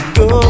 go